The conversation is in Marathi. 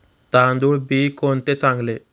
तांदूळ बी कोणते चांगले?